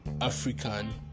african